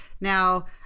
Now